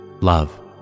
Love